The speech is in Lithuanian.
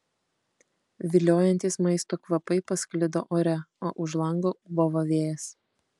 viliojantys maisto kvapai pasklido ore o už lango ūbavo vėjas